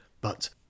but—